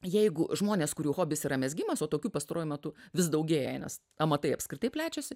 jeigu žmonės kurių hobis yra mezgimas o tokių pastaruoju metu vis daugėja nes amatai apskritai plečiasi